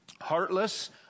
heartless